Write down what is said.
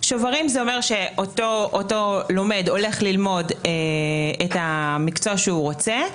שוברים זה אומר שאותו לומד הולך ללמוד את המקצוע שהוא רוצה,